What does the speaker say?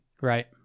Right